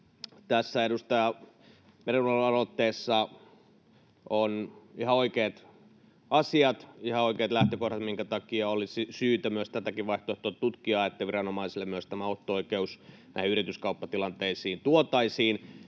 Tässä edustaja Meriluodon aloitteessa on ihan oikeat asiat, ihan oikeat lähtökohdat, minkä takia olisi syytä myös tätäkin vaihtoehtoa tutkia, että viranomaisille myös tämä otto-oikeus näihin yrityskauppatilanteisiin tuotaisiin.